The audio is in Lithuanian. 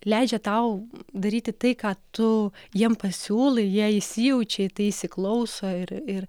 leidžia tau daryti tai ką tu jiem pasiūlai jie įsijaučia į tai įsiklauso ir ir